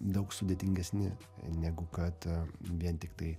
daug sudėtingesni negu kad vien tiktai